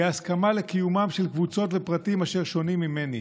ההסכמה לקיומם של קבוצות ופרטים אשר שונים ממני,